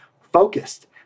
focused